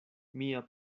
mia